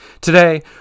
Today